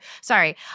sorry